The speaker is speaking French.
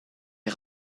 est